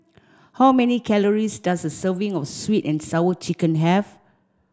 how many calories does a serving of sweet and sour chicken have